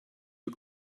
you